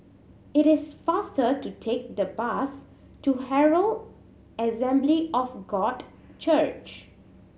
it is faster to take the bus to Herald Assembly of God Church